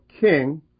king